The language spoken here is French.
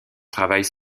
travaillent